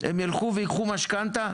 הם יילכו וייקחו משכנתא,